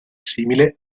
simile